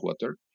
water